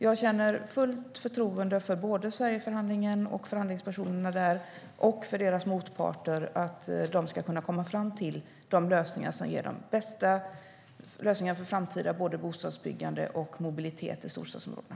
Jag har fullt förtroende för såväl Sverigeförhandlingen och förhandlingspersonerna där som deras motparter. De kommer att komma fram till de bästa lösningarna för både framtida bostadsbyggande och mobilitet i storstadsområdena.